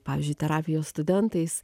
pavyzdžiui terapijos studentais